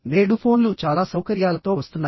నేడు ఫోన్లు చాలా సౌకర్యాలతో వస్తున్నాయి